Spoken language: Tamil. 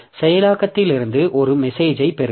செயலாக்கத்திலிருந்து ஒரு மெசேஜ்யைப் பெறுங்கள்